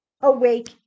awake